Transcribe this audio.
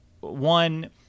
one